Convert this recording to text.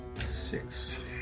Six